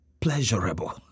pleasurable